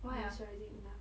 moisturising enough